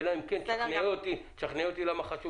זה לא תיקון 6. זה תיקון לתיקון